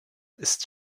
ist